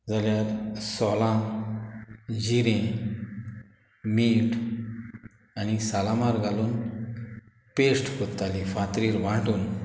जाल्यार सोलां जिरें मीठ आनी सालामार घालून पेस्ट कोत्ताली फातरीर वांटून